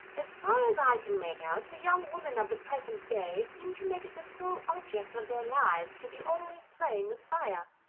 as far as i can make out, the young women of the present day seem to make it the sole object of their lives to be always playing with fire.